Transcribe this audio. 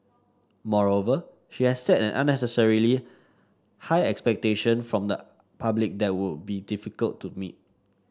moreover she has set an unnecessarily high expectation from the public that would be difficult to meet